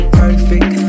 perfect